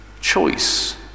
choice